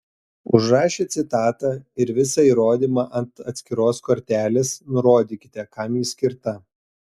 užrašę citatą ir visą įrodymą ant atskiros kortelės nurodykite kam ji skirta